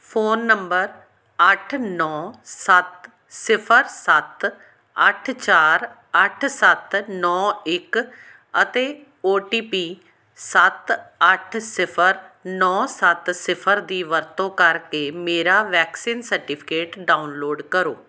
phone number ਅੱਠ ਨੌਂ ਸੱਤ ਸਿਫਰ ਸੱਤ ਅੱਠ ਚਾਰ ਅੱਠ ਸੱਤ ਨੌਂ ਇਕ ਅਤੇ ਓ ਟੀ ਪੀ ਸੱਤ ਅੱਠ ਸਿਫਰ ਨੌਂ ਸੱਤ ਸਿਫਰ ਦੀ ਵਰਤੋਂ ਕਰਕੇ ਮੇਰਾ ਵੈਕਸੀਨ ਸਰਟੀਫਿਕੇਟ ਡਾਊਨਲੋਡ ਕਰੋ